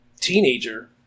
teenager